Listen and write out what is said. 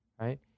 right